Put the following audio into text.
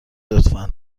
لطفا